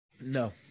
No